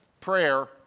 prayer